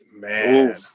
Man